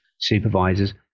supervisors